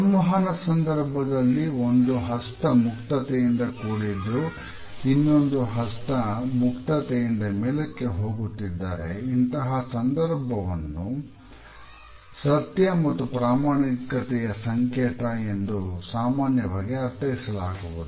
ಸಂವಹನ ಸಂದರ್ಭದಲ್ಲಿ ಒಂದು ಹಸ್ತ ಮುಕ್ತತೆಯಿಂದ ಕೂಡಿದ್ದು ಇನ್ನೊಂದು ಹಸ್ತವು ಮುಕ್ತತೆಯಿಂದ ಮೇಲಕ್ಕೆ ಹೋಗುತ್ತಿದ್ದಾರೆ ಇಂತಹ ಸಂದರ್ಭವನ್ನು ಸತ್ಯ ಮತ್ತು ಪ್ರಾಮಾಣಿಕತೆಯ ಸಂಕೇತ ಎಂದು ಸಾಮಾನ್ಯವಾಗಿ ಅರ್ಥೈಸಲಾಗುವುದು